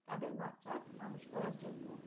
তাদের বাচ্চা মানুষ করার জন্য